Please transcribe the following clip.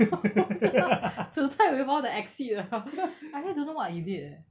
我不知道煮菜 with all the acid ah I really don't know what is it eh